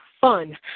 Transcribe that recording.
fun